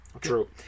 True